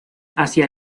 hacia